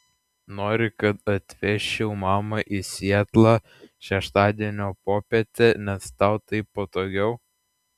nori kad atvežčiau mamą į sietlą šeštadienio popietę nes tau taip patogiau